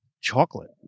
chocolate